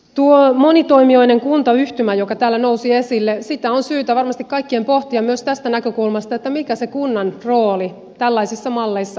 tuota monitoimijoiden kuntayhtymää joka täällä nousi esille on syytä varmasti kaikkien pohtia myös tästä näkökulmasta mikä se kunnan rooli tällaisessa mallissa on